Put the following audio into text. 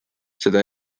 seda